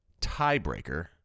tiebreaker